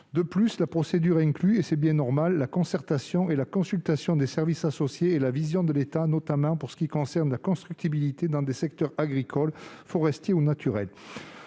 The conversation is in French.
De plus, la procédure inclut la concertation et la consultation des services associés, ainsi que la vision de l'État, notamment pour ce qui concerne la constructibilité dans des secteurs agricole, forestier ou naturel.